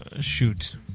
shoot